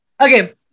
Okay